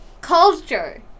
culture